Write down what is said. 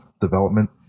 development